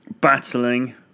battling